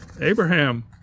Abraham